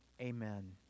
Amen